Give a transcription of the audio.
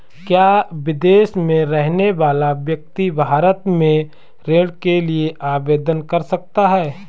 क्या विदेश में रहने वाला व्यक्ति भारत में ऋण के लिए आवेदन कर सकता है?